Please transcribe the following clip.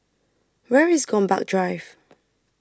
Where IS Gombak Drive